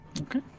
Okay